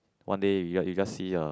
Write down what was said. one day we we just see uh